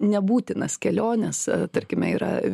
nebūtinas keliones tarkime yra